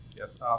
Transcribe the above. Yes